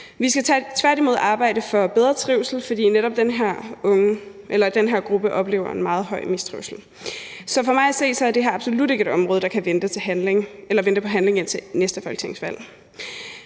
Vi skal tværtimod arbejde for bedre trivsel, fordi netop den her gruppe oplever en meget høj mistrivsel. Så for mig at se er det her absolut ikke et område, der kan vente på handling indtil næste folketingsvalg.